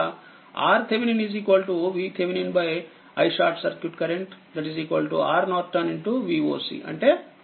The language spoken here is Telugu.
VOC అంటే VTh